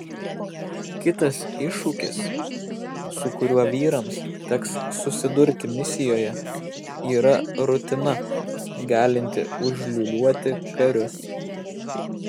kitas iššūkis su kuriuo vyrams teks susidurti misijoje yra rutina galinti užliūliuoti karius